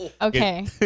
Okay